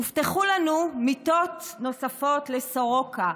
הובטחו לנו מיטות נוספות לסורוקה.